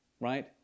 right